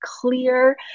clear